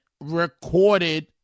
recorded